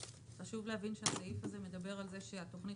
חשוב להבין שהסעיף הזה מדבר על זה שהתוכנית